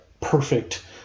perfect